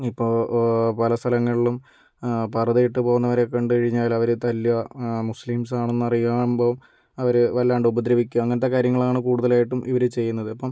ഇപ്പോൾ പല സ്ഥലങ്ങളിലും പർദ്ദ ഇട്ട് പോകുന്നവരെ കണ്ടു കഴിഞ്ഞാൽ അവരെ തല്ലുക മുസ്ലിംസ് ആണെന്ന് അറിയുമ്പം അവരെ വല്ലാണ്ട് ഉപദ്രവിക്കുക ഇങ്ങനത്തെ കാര്യങ്ങളാണ് കൂടുതലായിട്ടും ഇവർ ചെയ്യുന്നത് ഇപ്പം